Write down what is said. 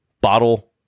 bottle